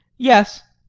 yes.